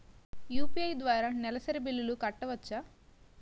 UPI ద్వారా నెలసరి బిల్లులు కట్టవచ్చా?